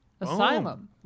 Asylum